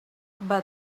but